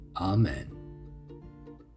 Amen